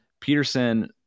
Peterson